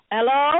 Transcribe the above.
Hello